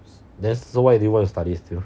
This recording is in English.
then so why do you want to study still